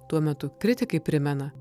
tuo metu kritikai primena